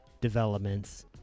developments